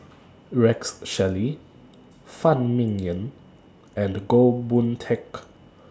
Rex Shelley Phan Ming Yen and Goh Boon Teck